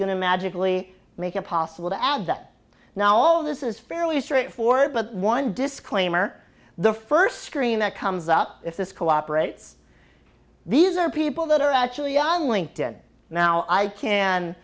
going to magically make it possible to add that now all this is fairly straightforward but one disclaimer the first screen that comes up if this cooperates these are people that are actually on linked in now i can